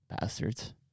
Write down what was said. Bastards